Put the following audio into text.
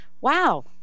wow